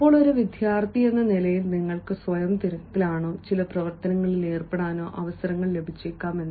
ഇപ്പോൾ ഒരു വിദ്യാർത്ഥിയെന്ന നിലയിൽ നിങ്ങൾക്ക് സ്വയം തിരക്കിലാകാനോ ചില പ്രവർത്തനങ്ങളിൽ ഏർപ്പെടാനോ അവസരങ്ങൾ ലഭിച്ചേക്കാം